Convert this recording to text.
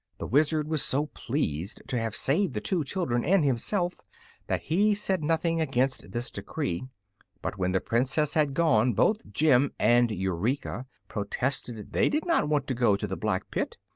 the wizard was so pleased to have saved the two children and himself that he said nothing against this decree but when the princess had gone both jim and eureka protested they did not want to go to the black pit,